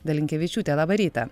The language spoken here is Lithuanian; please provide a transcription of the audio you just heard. dalinkevičiūte labą rytą